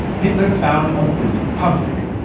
hitler found a willing public.